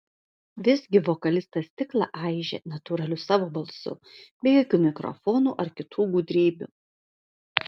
visgi vokalistas stiklą aižė natūraliu savo balsu be jokių mikrofonų ar kitų gudrybių